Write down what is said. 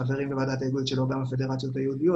חברים בוועדת ההיגוי שלו גם הפדרציות היהודיות